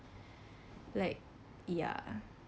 like ya